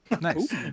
Nice